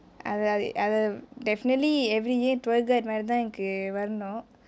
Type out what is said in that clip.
அது அது அது:athu athu athu definitely every year tour guide மாரிதா எனக்கு வரனும்:maarithaa enaku varenum